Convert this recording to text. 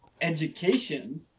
education